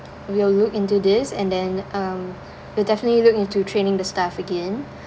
we'll look into this and then um we'll definitely look into training the staff again